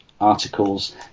articles